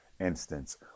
instance